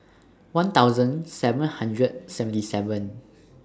one thousand seven hundred seventy seven